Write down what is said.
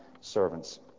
servants